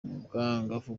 bwangavu